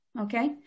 okay